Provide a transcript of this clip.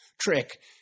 trick